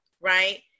right